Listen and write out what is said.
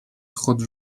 خود